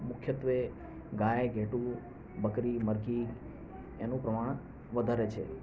મુખ્યત્ત્વે ગાય ઘેટું બકરી મરઘી એનું પ્રમાણ વધારે છે